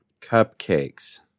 cupcakes